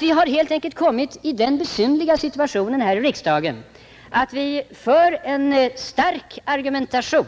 Vi har helt enkelt kommit i den besynnerliga situationen här i riksdagen att vi för en stark argumentation